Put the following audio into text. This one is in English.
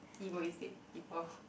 egoistic people